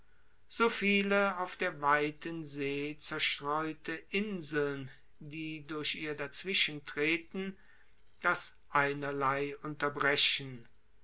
so viele auf der weiten see zerstreute inseln die durch ihr dazwischentreten das einerlei unterbrechen